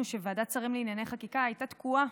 שוועדת השרים לענייני חקיקה הייתה תקועה,